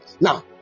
Now